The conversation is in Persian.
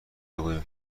بگوییم